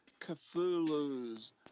Cthulhu's